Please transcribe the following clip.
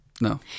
No